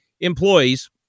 employees